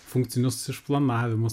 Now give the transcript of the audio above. funkcinius išplanavimus